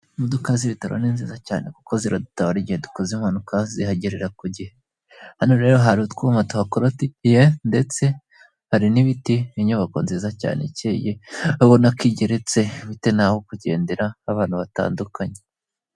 Imodoka z'ibitaro ni nziza cyane kuko ziradutaha igihe dukoze impanuka zihagerera ku gihe. Hano rero hari utwuma tuhakoratiye ndetse hari n'ibiti inyubako nziza cyane ikeye ubona ko igeretse bitewe n'aho kugendera h'abantu batandukanye.